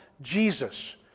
Jesus